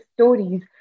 stories